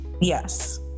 Yes